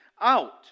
out